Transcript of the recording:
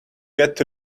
get